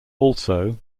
also